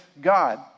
God